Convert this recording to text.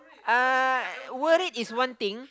uh worried is one thing